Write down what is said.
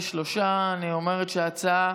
ההצעה